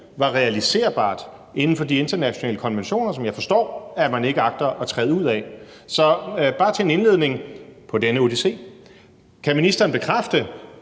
var realiserbart inden for de internationale konventioner, som jeg forstår at man ikke agter at træde ud af. Så bare som indledning – på denne odyssé: Kan ministeren bekræfte,